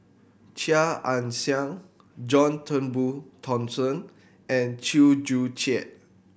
Chia Ann Siang John Turnbull Thomson and Chew Joo Chiat